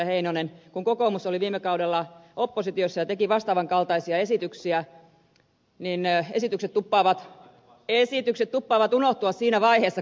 heinonen oli viime kaudella oppositiossa ja teki vastaavan kaltaisia esityksiä niin esitykset tuppaavat unohtumaan siinä vaiheessa kun tullaan hallitukseen